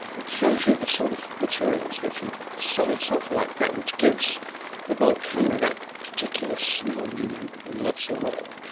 it shows you the sort of materials, actually solid sulphur like that, which gives the volcano that particular smell you know and love so well.